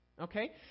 okay